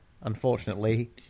unfortunately